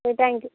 okay thank you